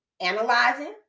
analyzing